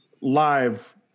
live